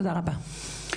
תודה רבה.